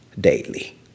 Daily